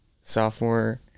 sophomore